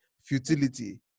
futility